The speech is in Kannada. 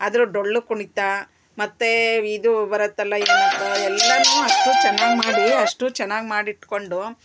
ಅದ್ರ ಡೊಳ್ಳು ಕುಣಿತ ಮತ್ತು ಇದು ಬರುತ್ತಲ್ಲಾ ಎಲ್ಲಾ ಅಷ್ಟು ಚೆನ್ನಾಗ್ ಮಾಡಿ ಅಷ್ಟು ಚೆನ್ನಾಗ್ ಮಾಡಿಟ್ಕೊಂಡು